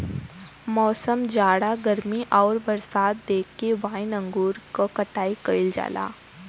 मौसम, जाड़ा गर्मी आउर बरसात देख के वाइन अंगूर क कटाई कइल जाला